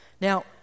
Now